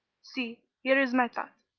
see here is my thought.